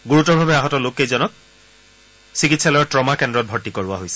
গুৰুতৰভাৱে আহত লোককেইজনক চিকিৎসালয়ৰ ট্ৰমা কেন্দ্ৰত ভৰ্তি কৰোৱা হৈছে